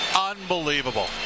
Unbelievable